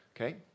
Okay